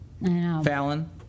Fallon